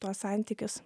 tuos santykius